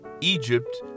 Egypt